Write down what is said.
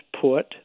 put